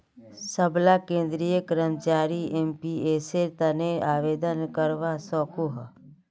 सबला केंद्रीय कर्मचारी एनपीएसेर तने आवेदन करवा सकोह